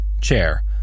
Chair